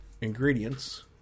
ingredients